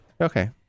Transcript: Okay